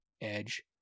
edge